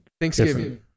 Thanksgiving